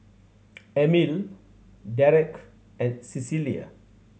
Emil Dereck and Cecilia